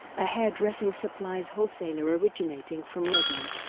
a hairdressing supplies wholesaler originating from rovno.